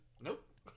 nope